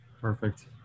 Perfect